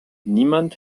niemand